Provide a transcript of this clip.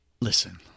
listen